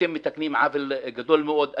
אתם מתקנים עוול גדול מאוד.